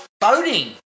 boating